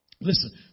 Listen